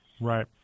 Right